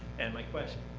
and my question